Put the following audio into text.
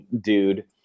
dude